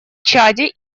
чаде